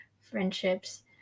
friendships